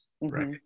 right